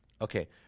Okay